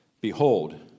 behold